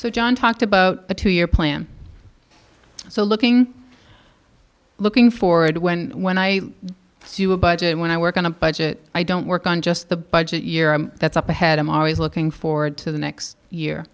so john talked about a two year plan so looking looking forward when when i do a budget when i work on a budget i don't work on just the budget year that's up ahead i'm always looking forward to the next year